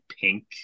pink